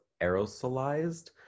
aerosolized